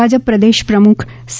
ભાજપ પ્રદેશ પ્રમુખ સી